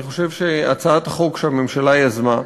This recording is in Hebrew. אני חושב שהצעת החוק שהממשלה יזמה,